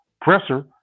presser